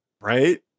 Right